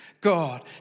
God